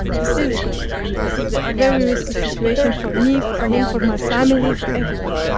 this is this is a very risky situation for me, for him, for my family, for everybody